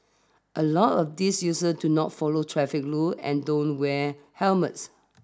a lot of these user do not follow traffic rules and don't wear helmets